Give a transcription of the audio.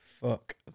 Fuck